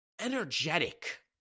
energetic